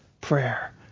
prayer